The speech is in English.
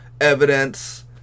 evidence